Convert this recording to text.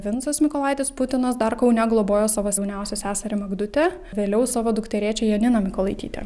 vincas mykolaitis putinas dar kaune globojo savo jauniausią seserį magdutę vėliau savo dukterėčią janiną mykolaitytę